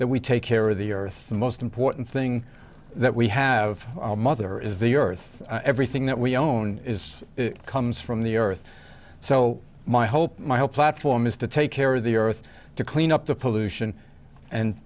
that we take care of the earth most important thing that we have mother is the earth everything that we own is comes from the earth so my hope my whole platform is to take care of the earth to clean up the pollution and